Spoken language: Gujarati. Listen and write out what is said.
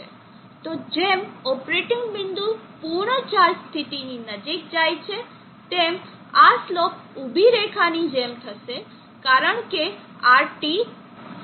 તો જેમ ઓપરેટિંગ બિંદુ પૂર્ણ ચાર્જ સ્થિતિની નજીક જાય છે તેમ આ સ્લોપ ઊભી રેખાની જેમ થશે કારણ કે RT ઓછો છે